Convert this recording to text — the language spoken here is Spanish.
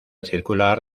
circular